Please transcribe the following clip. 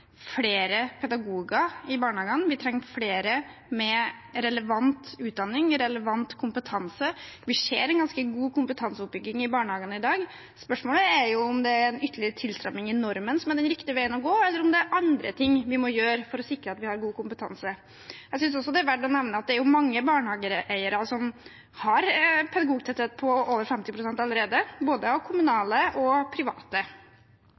flere pedagoger i barnehagene, vi trenger flere med relevant utdanning, relevant kompetanse. Vi ser en ganske god kompetanseoppbygging i barnehagene i dag. Spørsmålet er om det er en ytterligere tilstramming i normen som er den riktige veien å gå, eller om det er andre ting vi må gjøre for å sikre at vi har god kompetanse. Jeg synes også det er verd å nevne at det er mange barnehageeiere som har en pedagogtetthet på over 50 pst. allerede, både kommunale og private.